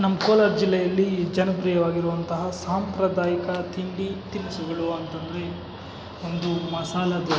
ನಮ್ಮ ಕೋಲಾರ ಜಿಲ್ಲೆಯಲ್ಲೀ ಜನಪ್ರೀಯವಾಗಿರುವಂತಹ ಸಾಂಪ್ರದಾಯಿಕ ತಿಂಡಿ ತಿನಿಸುಗಳು ಅಂತಂದರೆ ಒಂದು ಮಸಾಲ ದೋಸೆ